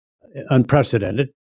unprecedented